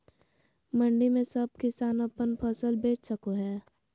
मंडी में सब किसान अपन फसल बेच सको है?